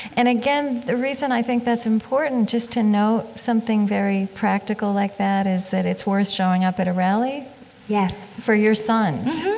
and again, the reason i think that's important just to note something very practical like that is that it's worth showing up at a rally yes for your sons